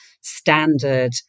standard